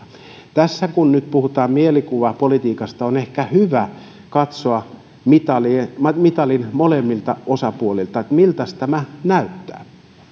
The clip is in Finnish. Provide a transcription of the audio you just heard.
tässä kun nyt puhutaan mielikuvapolitiikasta on ehkä hyvä katsoa mitalin molemmilta puolilta että miltäs tämä näyttää